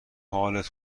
حالت